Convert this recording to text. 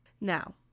now